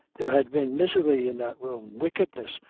there had been misery in that room, wickedness,